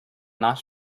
not